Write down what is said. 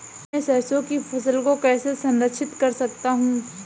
मैं सरसों की फसल को कैसे संरक्षित कर सकता हूँ?